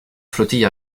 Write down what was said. flottille